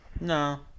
no